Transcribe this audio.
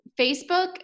Facebook